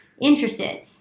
interested